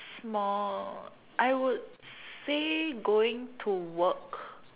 small I would say going to work